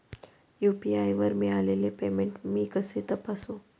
UPI वर मिळालेले payment मी कसे तपासू?